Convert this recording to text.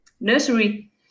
nursery